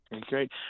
Great